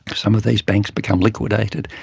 some of these banks become liquidated.